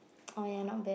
oh ya not bad